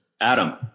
Adam